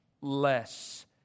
less